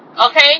Okay